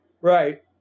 Right